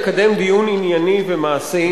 דיון ענייני ומעשי,